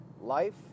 life